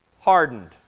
hardened